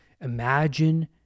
Imagine